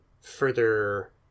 further